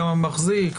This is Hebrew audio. גם ה"מחזיק",